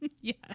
yes